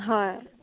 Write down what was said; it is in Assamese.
হয়